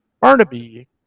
Barnaby